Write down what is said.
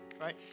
right